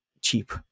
cheap